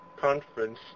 conference